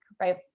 right